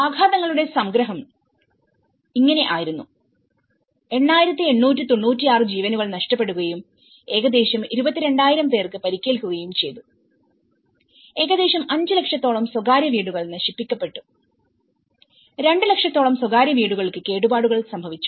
ആഘാതങ്ങളുടെ സംഗ്രഹം ഇങ്ങനെ ആയിരുന്നു8896 ജീവനുകൾ നഷ്ടപ്പെടുകയും ഏകദേശം 22000 പേർക്ക് പരിക്കേൽക്കുകയും ചെയ്തു ഏകദേശം 5 ലക്ഷത്തോളം സ്വകാര്യ വീടുകൾ നശിപ്പിക്കപ്പെട്ടു രണ്ട് ലക്ഷത്തോളം സ്വകാര്യ വീടുകൾക്ക് കേടുപാടുകൾ സംഭവിച്ചു